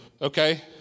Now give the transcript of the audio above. Okay